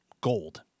gold